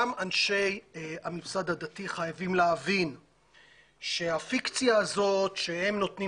גם אנשי הממסד הדתי חייבים להבין שהפיקציה הזאת שהם נותנים